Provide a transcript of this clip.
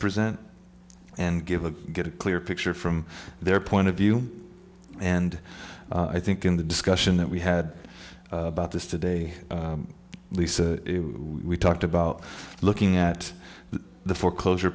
present and give a get a clear picture from their point of view and i think in the discussion that we had about this today lisa we talked about looking at the foreclosure